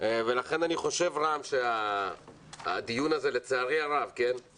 ולכן אני חושב, רם, שהדיון הזה לצערי הרב לא